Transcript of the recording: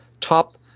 top